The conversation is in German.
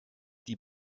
die